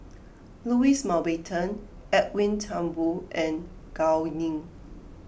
Louis Mountbatten Edwin Thumboo and Gao Ning